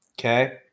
Okay